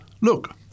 Look